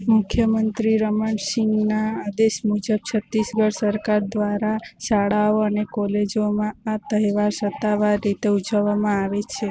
મુખ્યમંત્રી રમણ સિંહના આદેશ મુજબ છત્તીસગઢ સરકાર દ્વારા શાળાઓ અને કોલેજોમાં આ તહેવાર સત્તાવાર રીતે ઉજવવામાં આવે છે